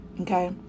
Okay